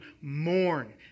mourn